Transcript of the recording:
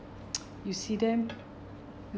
you see them